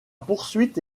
poursuite